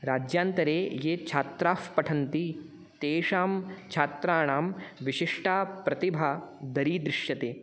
राज्यान्तरे ये छात्राः पठन्ति तेषां छात्राणां विशिष्टा प्रतिभा दरीदृश्यते